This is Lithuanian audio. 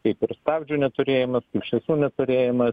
kaip ir stabdžių neturėjimas kaip šviesų neturėjimas